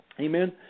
Amen